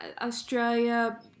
australia